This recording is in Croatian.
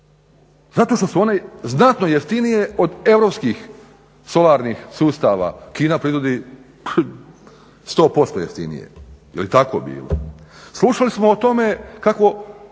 zato što su one znatno jeftinije od europskih solarnih sustava. Kina proizvodi 100% jeftinije, jeli tako bilo? Slušali smo o tome kako